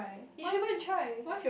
you should go and try